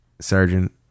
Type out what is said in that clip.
sergeant